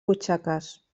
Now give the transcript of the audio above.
butxaques